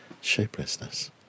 shapelessness